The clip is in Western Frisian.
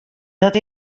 dat